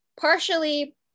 Partially